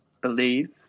believe